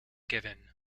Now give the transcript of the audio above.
given